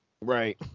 Right